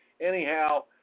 anyhow